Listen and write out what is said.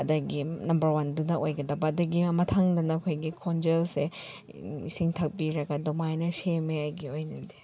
ꯑꯗꯒꯤ ꯅꯝꯕꯔ ꯋꯥꯟꯗꯨꯗ ꯑꯣꯏꯒꯗꯕ ꯑꯗꯒꯤ ꯃꯊꯪꯗꯅ ꯑꯩꯈꯣꯏꯒꯤ ꯈꯣꯟꯖꯦꯜꯁꯦ ꯏꯁꯤꯡ ꯊꯛꯄꯤꯔꯒ ꯑꯗꯨꯃꯥꯏꯅ ꯁꯦꯝꯃꯦ ꯑꯩꯒꯤ ꯑꯣꯏꯅꯗꯤ